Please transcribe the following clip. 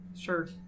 sure